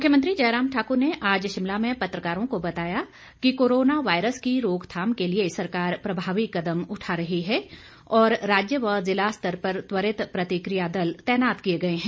मुख्यमंत्री जयराम ठाक्र ने आज शिमला में पत्रकारों को बताया कि कोरोना वायरस की रोकथाम के लिए सरकार प्रभावी कदम उठा रही है और राज्य व जिला स्तर पर त्वरित प्रतिक्रिया दल तैनात किए गए है